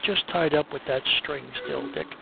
just tied up with that string still, dick.